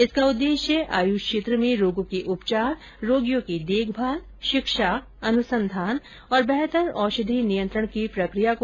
इसका उद्देश्य आयुष क्षेत्र में रोगों के उपचार रोगियों की देखभाल शिक्षा अन्संधान और बेहतर औषधि नियंत्रण की प्रक्रिया को डिजिटाइज करना है